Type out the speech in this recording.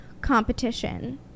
competition